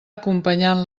acompanyant